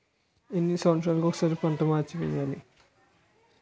ఎన్ని సంవత్సరాలకి ఒక్కసారి పంట మార్పిడి చేయాలి?